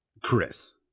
Chris